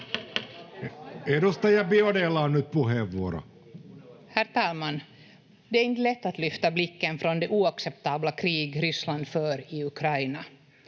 Edustaja Biaudet’lla on nyt puheenvuoro.